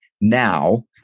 now